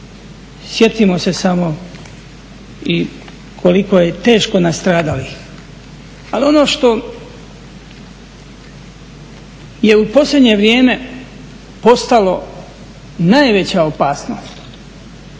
Sjetimo se samo i koliko je teško nastradalih. Ali ono što je u posljednje vrijeme postalo najveća opasnost,